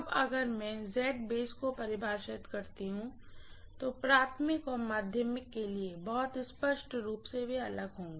अब अगर मैं को परिभाषित करती हूँ तो प्राइमरीऔर सेकेंडरी के लिए बहुत स्पष्ट रूप से वे अलग होंगे